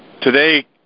Today